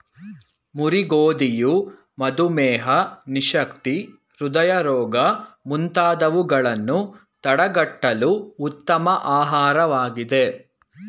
ಮುರಿ ಗೋಧಿಯು ಮಧುಮೇಹ, ನಿಶಕ್ತಿ, ಹೃದಯ ರೋಗ ಮುಂತಾದವುಗಳನ್ನು ತಡಗಟ್ಟಲು ಉತ್ತಮ ಆಹಾರವಾಗಿದೆ